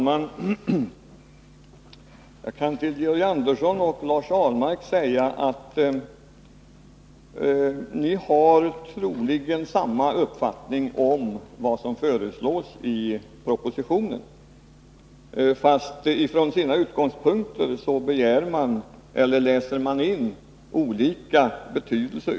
Herr talman! Georg Andersson och Lars Ahlmark har troligen samma uppfattning om vad som föreslås i propositionen, men från sina utgångspunkter ger de innehållet olika betydelse.